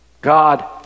God